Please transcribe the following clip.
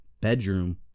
bedroom